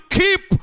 keep